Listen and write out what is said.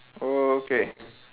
oh okay